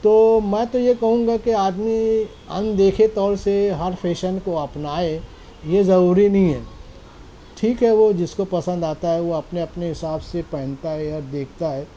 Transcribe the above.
تو میں تو یہ کہوں گا کہ آدمی ان دیکھے طور سے ہر فیشن کو اپنائے یہ ضروری نہیں ہے ٹھیک ہے وہ جس کو پسند آتا ہے وہ اپنے اپنے حساب سے پہنتا ہے یا دیکھتا ہے